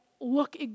look